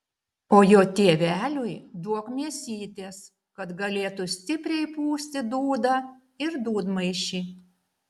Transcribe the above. o jo tėveliui duok mėsytės kad galėtų stipriai pūsti dūdą ir dūdmaišį